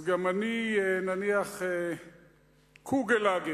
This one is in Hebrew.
אז אני נניח "קוגלגר",